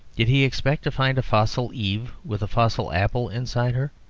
did he expect to find a fossil eve with a fossil apple inside her?